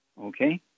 Okay